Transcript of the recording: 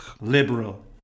Liberal